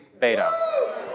Beta